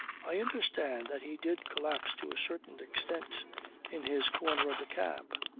i understand that he did collapse to a certain extent in his corner of the cab.